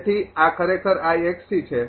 તેથી આ ખરેખર છે